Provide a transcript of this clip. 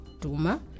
Duma